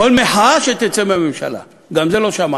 קול מחאה מהממשלה, גם את זה לא שמענו.